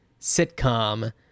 sitcom